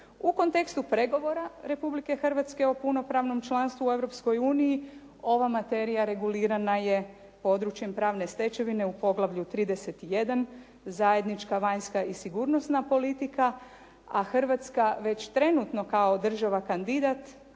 U kontekstu pregovora Republike Hrvatske o punopravnom članstvu u Europskoj uniji ova materija regulirana je područjem pravne stečevine u poglavlju 31. zajednička, vanjska i sigurnosna politika a Hrvatska već trenutno kao država kandidat